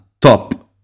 Top